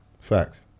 Facts